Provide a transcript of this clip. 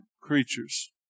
creatures